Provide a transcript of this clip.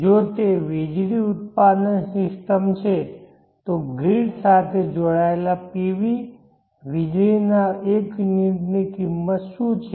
જો તે વીજળી ઉત્પાદન સિસ્ટમ છે ગ્રીડ સાથે જોડાયેલ PV વીજળીના 1 યુનિટ ની કિંમત શું છે